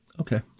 Okay